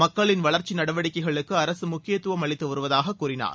மக்களின் வளர்ச்சி நடவடிக்கைகளுக்கு அரசு முக்கியத்துவம் அளித்துவருவதாக கூறினார்